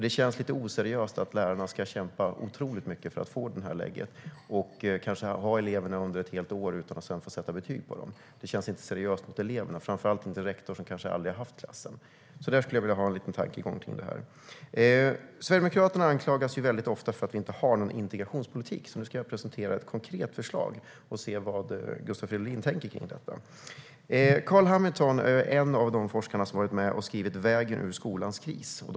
Det känns lite oseriöst att lärarna ska kämpa otroligt mycket för att få legitimationen, kanske ha eleverna under ett helt år, och sedan inte få sätta betyg på dem. Det känns inte seriöst mot eleverna, framför allt inte med en rektor som kanske aldrig har haft klassen. Där vill jag höra en tankegång. Sverigedemokraterna anklagas ofta för att inte har en integrationspolitik. Nu ska jag presentera ett konkret förslag och se vad Gustav Fridolin tänker om det. Carl Hamilton är en av forskarna som har skrivit boken Vägen ut ur skolkrisen .